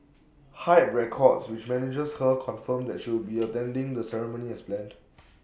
hype records which manages her confirmed that she would be attending the ceremony as planned